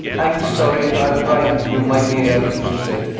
i am sorry to have frightened you, my dear, she said.